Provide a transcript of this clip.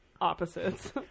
opposites